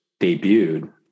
debuted